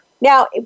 now